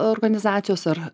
organizacijos ar